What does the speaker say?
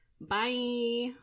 bye